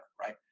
right